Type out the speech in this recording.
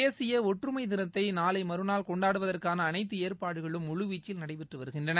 தேசிய ஒற்றுமை தினத்தை நாளை மறுநாள் கொண்டாடுவதற்கான அளைத்து ஏற்பாடுகளும் முழுவீச்சில் நடைபெற்று வருகின்றன